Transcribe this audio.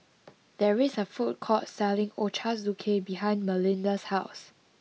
there is a food court selling Ochazuke behind Malinda's house